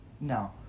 No